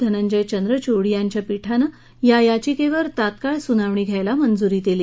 D Y Chandrachud यांच्या पीठानं या याचिकेवर तात्काळ सुनावणी घ्यायला मंजुरी दिली